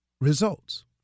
results